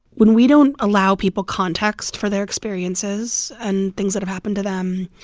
when we don't allow people context for their experiences and things that have happened to them,